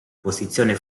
posizione